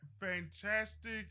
fantastic